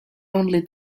only